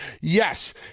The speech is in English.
Yes